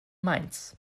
mainz